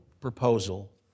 proposal